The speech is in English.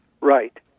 right